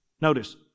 notice